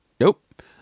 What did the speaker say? nope